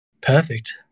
perfect